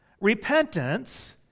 Repentance